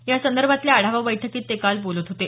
यासंदर्भातल्या आढावा बैठकीत ते काल बोलत होते